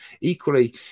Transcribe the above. equally